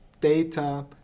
data